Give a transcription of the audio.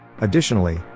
Additionally